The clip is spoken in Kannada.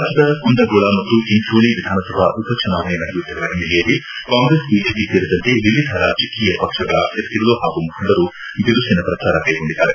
ರಾಜ್ಞದ ಕುಂದಗೋಳ ಮತ್ತು ಚಿಂಚೋಳ ವಿಧಾನಸಭಾ ಉಪಚುನಾವಣೆ ನಡೆಯುತ್ತಿರುವ ಹಿನ್ನೆಲೆಯಲ್ಲಿ ಕಾಂಗ್ರೆಸ್ ಬಿಜೆಪಿ ಸೇರಿದಂತೆ ವಿವಿಧ ರಾಜಕೀಯ ಪಕ್ಷಗಳ ಅಭ್ಯರ್ಥಿಗಳು ಹಾಗೂ ಮುಖಂಡರು ಬಿರುಸಿನ ಪ್ರಚಾರ ಕ್ಲೆಗೊಂಡಿದ್ದಾರೆ